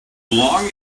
long